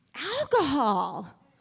alcohol